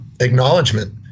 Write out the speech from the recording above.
acknowledgement